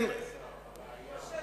אדוני השר,